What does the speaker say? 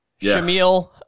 Shamil